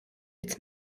its